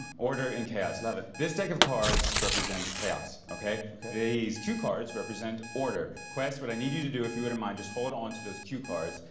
order in chaos. love it. this deck of cards represents chaos, okay? these cue cards represent order. quest, what i need you to do, if you wouldn't mind, just hold on to those cue cards,